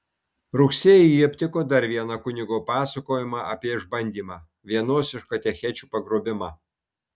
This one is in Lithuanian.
rugsėjį ji aptiko dar vieną kunigo pasakojimą apie išbandymą vienos iš katechečių pagrobimą